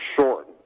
short